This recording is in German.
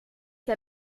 der